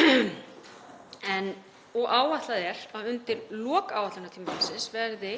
og áætlað er að undir lok áætlunartímabilsins verði